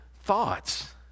thoughts